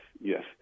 yes